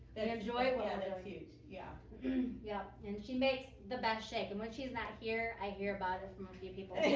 and and huge. yeah and yeah and she makes the best shake and when she's not here, i hear about it from a few people,